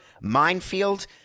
Minefield